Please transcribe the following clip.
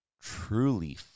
truly